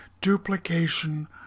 duplication